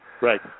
right